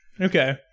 Okay